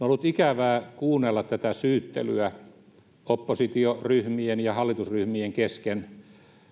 ollut ikävää kuunnella tätä syyttelyä oppositioryhmien ja hallitusryhmien kesken